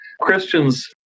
Christians